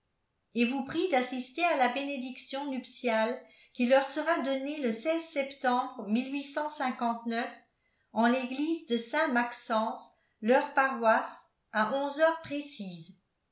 et vous prient d'assister à la bénédiction nuptiale qui leur sera donnée le septembre en l'église de saint maxence leur paroisse à onze heures précises